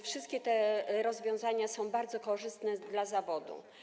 Wszystkie te rozwiązania są bardzo korzystne dla zawodu.